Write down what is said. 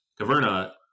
Caverna